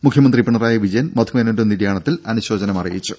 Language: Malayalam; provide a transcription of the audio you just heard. മുഖ്യമന്ത്രി പിണറായി വിജയൻ മധുമേനോന്റെ നിര്യാണത്തിൽ അനുശോചനം അറിയിച്ചു